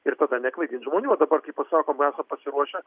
ir tada neklaidint žmonių o dabar kai pasakom esam pasiruošę